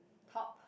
top